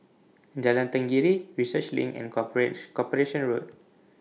Jalan Tenggiri Research LINK and Corporate Corporation Road